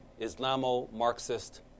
Islamo-Marxist